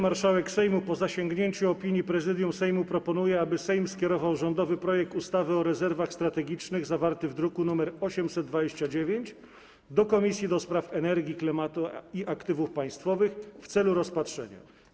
Marszałek Sejmu, po zasięgnięciu opinii Prezydium Sejmu, proponuje, aby Sejm skierował rządowy projekt ustawy o rezerwach strategicznych, zawarty w druku nr 829, do Komisji do Spraw Energii, Klimatu i Aktywów Państwowych w celu rozpatrzenia.